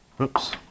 oops